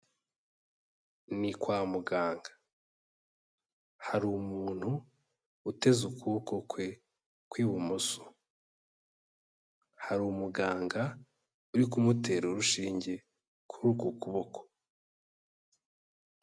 Ni kwa muganga, hari umuntu uteze ukuboko kwe kw'ibumoso, hari umuganga uri kumutera urushinge kuri uko kuboko.